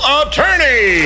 attorney